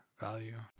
value